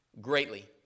greatly